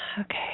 Okay